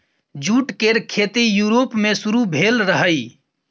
jute केर खेती Europe मे शुरु भेल रहइ